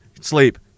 sleep